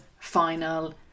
final